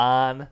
on